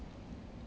ha